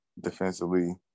defensively